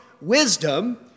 wisdom